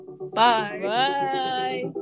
Bye